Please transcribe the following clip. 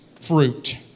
fruit